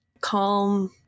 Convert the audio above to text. calm